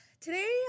today